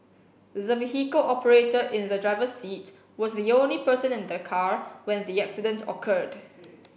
the vehicle operator in the driver's seat was the only person in the car when the accident occurred